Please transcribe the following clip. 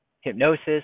hypnosis